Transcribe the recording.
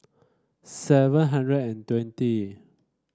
seven hundred and twenty